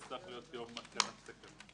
זה צריך להיות יום התקנת התקנות.